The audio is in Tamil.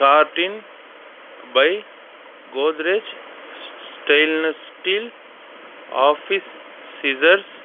கார்ட்டின் பை கோதுரேஜ் ஸ் ஸ்டெயின்லெஸ் ஸ்டீல் ஆஃபீஸ் சிஸ்ஸர்ஸ்